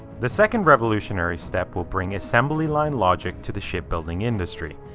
the second revolutionary step will bring assembly line logic to the shipbuilding industry.